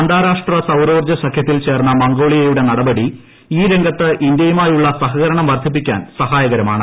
അന്താരാഷ്ട്ര സൌരോർജ്ജ സഖ്യത്തിൽ ചേർന്ന മംഗോളിയയുടെ നടപടി ഈ രംഗത്ത് ഇന്ത്യയുമായുള്ള സഹകരണം വർദ്ധിപ്പിക്കാൻ സഹായക്ടര്മാണ്